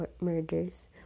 murders